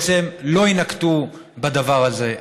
בעצם לא ינקטו את הדבר הזה.